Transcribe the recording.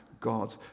God